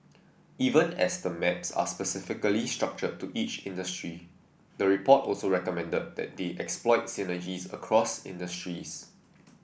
even as the maps are specifically structured to each industry the report also recommended that they exploit synergies across industries